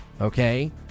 okay